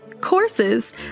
courses